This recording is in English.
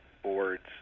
Boards